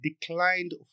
declined